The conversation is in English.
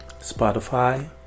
Spotify